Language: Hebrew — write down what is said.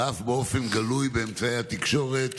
ואף באופן גלוי באמצעי התקשורת,